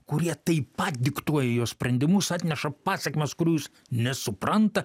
kurie taip pat diktuoja jo sprendimus atneša pasekmes kurių jis nesupranta